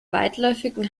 weitläufigen